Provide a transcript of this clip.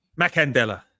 Macandela